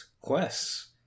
quests